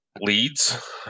leads